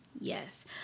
Yes